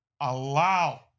allow